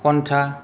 खन्था